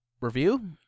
review